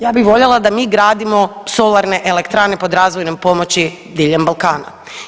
Ja bi voljela da mi gradimo solarne elektrane pod razvojnom pomoći diljem Balkana.